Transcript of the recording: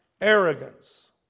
arrogance